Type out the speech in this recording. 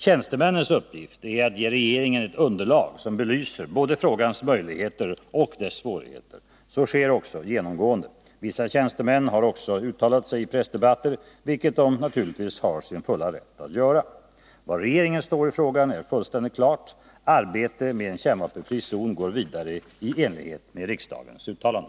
Tjänstemännens uppgift är att ge regeringen ett underlag, som belyser både frågans möjligheter och dess svårigheter. Så sker också genomgående. Vissa tjänstemän har också uttalat sig i pressdebatter, vilket de naturligtvis är i sin fulla rätt att göra. Var regeringen står i frågan är fullständigt klart. Arbetet med en kärnvapenfri zon går vidare i enlighet med riksdagens uttalande.